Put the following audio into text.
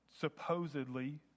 supposedly